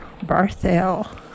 Barthel